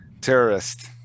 terrorist